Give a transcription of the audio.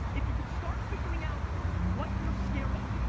if you could start figuring out what you're scared of.